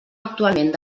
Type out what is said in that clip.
actualment